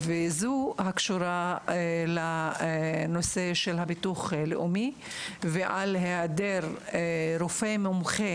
הנקודה הזו קשורה לביטוח הלאומי ולהיעדר רופא מומחה